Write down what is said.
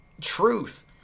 Truth